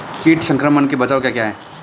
कीट संक्रमण के बचाव क्या क्या हैं?